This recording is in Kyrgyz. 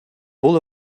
бул